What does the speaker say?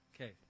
Okay